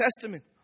Testament